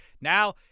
Now